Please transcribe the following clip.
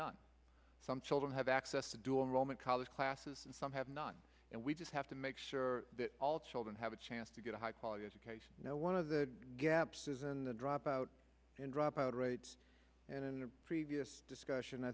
not some children have access to do a roman college classes and some have none and we just have to make sure that all children have a chance to get a high quality education you know one of the gap's isn't a dropout and dropout rates and in a previous discussion i